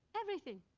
everything.